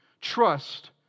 trust